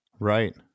Right